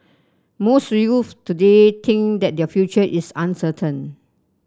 most youths today think that their future is uncertain